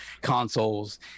consoles